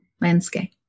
landscape